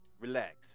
relax